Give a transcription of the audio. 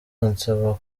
ansaba